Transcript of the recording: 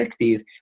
60s